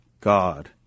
God